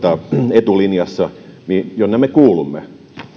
etulinjassa jonne me kuulumme